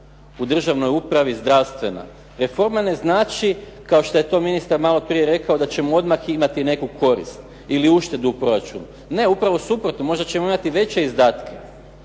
u državnoj upravi, zdravstvena. Reforma ne znači kao što je to ministar malo prije rekao da ćemo odmah imati neku korist ili uštedu u proračunu. Ne upravo suprotno možda ćemo imati veće izdatke,